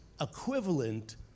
equivalent